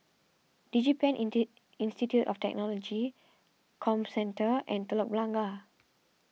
DigiPen Institute of Technology Comcentre and Telok Blangah